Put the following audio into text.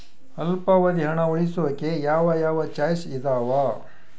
ಅಲ್ಪಾವಧಿ ಹಣ ಉಳಿಸೋಕೆ ಯಾವ ಯಾವ ಚಾಯ್ಸ್ ಇದಾವ?